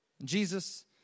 Jesus